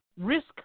risk